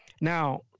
Now